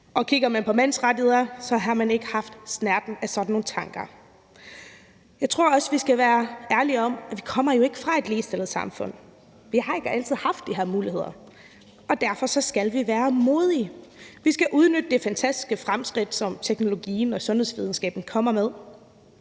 Og kigger man på mænds rettigheder, har man ikke haft snerten af sådan nogle tanker. Jeg tror også, at vi skal være ærlige om, at vi jo ikke kommer fra et ligestillet samfund. Vi har ikke altid haft de her muligheder, og derfor skal vi være modige. Vi skal udnytte det fantastiske fremskridt, som teknologien og sundhedsvidenskaben kommer med,